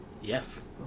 Yes